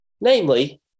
namely